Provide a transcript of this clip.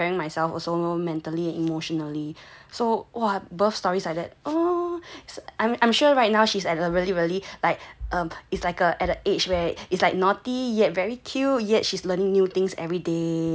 oh I'm I'm sure right now she's at really really like it's like at the age where it's like naughty yet very cute yet she's learning new things every day